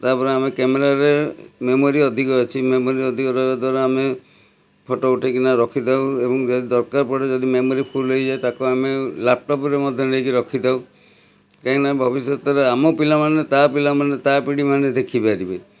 ତା'ପରେ ଆମେ କ୍ୟାମେରାରେ ମେମୋରି ଅଧିକ ଅଛି ମେମୋରି ଅଧିକ ରହିବା ଦ୍ଵାରା ଆମେ ଫଟୋ ଉଠାଇକିନା ରଖିଥାଉ ଏବଂ ଯଦି ଦରକାର ପଡ଼େ ଯଦି ମେମୋରି ଫୁଲ୍ ହେଇଯାଏ ତାକୁ ଆମେ ଲାପଟପ୍ରେ ମଧ୍ୟ ନେଇକି ରଖିଥାଉ କାହିଁକିନା ଭବିଷ୍ୟତରେ ଆମ ପିଲାମାନେ ତା ପିଲାମାନେ ତା ପିଢ଼ିମାନେ ଦେଖିପାରିବେ